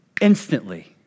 instantly